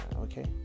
Okay